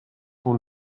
qu’on